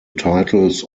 titles